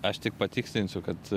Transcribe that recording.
aš tik patikslinsiu kad